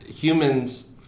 humans